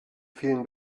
fehlen